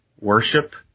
worship